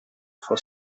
for